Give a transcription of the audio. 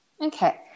Okay